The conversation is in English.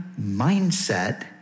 mindset